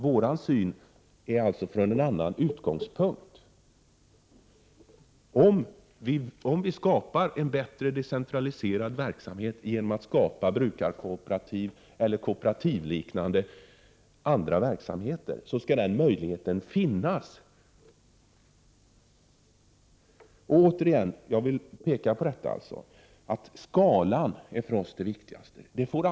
Vår syn är från en annan utgångspunkt: om vi skapar en bättre decentraliserad verksamhet genom att skapa brukarkooperativ eller kooperativliknande andra verksamheter så skall den möjligheten finnas. Återigen vill jag framhålla att det är skalan som är det viktigaste för oss.